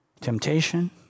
temptation